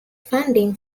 funding